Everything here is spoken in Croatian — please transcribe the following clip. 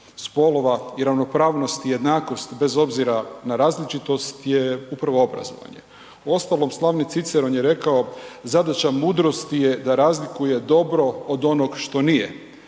spolova i ravnopravnost i jednakost bez obzira na različitost je upravo obrazovanje. U ostalom slavni Ciceron je rekao zadaća mudrosti je da razlikuje dobro od onog što nije.